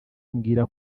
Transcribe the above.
ambwira